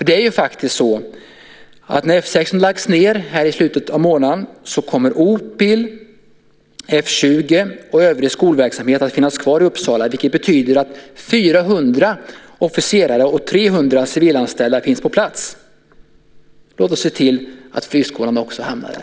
Det är faktiskt så att när F 16 har lagts ned i slutet av månaden kommer OPIL, F 20 och övrig skolverksamhet att finnas kvar i Uppsala, vilket betyder att 400 officerare och 300 civilanställda finns på plats. Låt oss se till att flygskolan också hamnar där!